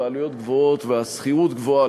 העלויות גבוהות והשכירות גבוהה,